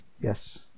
Yes